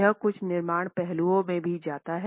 यह कुछ निर्माण पहलुओं में भी जाता है